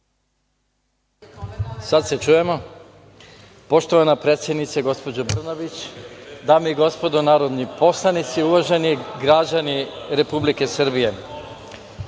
Kostov** Poštovana predsednice, gospođo Brnabić, dame i gospodo narodni poslanici, uvaženi građani Republike Srbije,